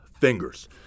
Fingers